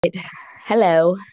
Hello